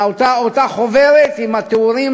אותה חוברת עם התיאורים